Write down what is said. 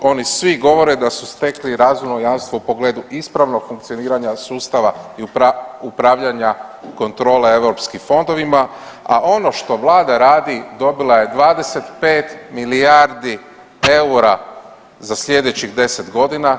Oni svi govore da su stekli razumno jamstvo u pogledu ispravnog funkcioniranja sustava upravljanja kontrole europskim fondovima, a ono što vlada radi dobila je 25 milijardi eura za slijedećih 10.g.